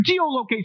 geolocation